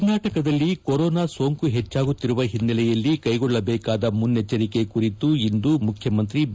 ಕರ್ನಾಟಕದಲ್ಲಿ ಕೊರೋನಾ ಸೋಂಕು ಪೆಚ್ಚಾಗುತ್ತಿರುವ ಹಿನ್ನೆಲೆಯಲ್ಲಿ ಕೈಗೊಳ್ಳಬೇಕಾದ ಮುನ್ನೆಚ್ಚರಿಕ ಕುರಿತು ಇಂದು ಮುಖ್ಕಮಂತ್ರಿ ಬಿ